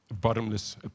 bottomless